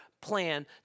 plan